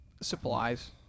Supplies